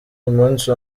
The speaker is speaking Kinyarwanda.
umunsi